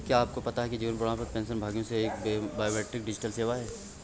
क्या आपको पता है जीवन प्रमाण पेंशनभोगियों के लिए एक बायोमेट्रिक डिजिटल सेवा है?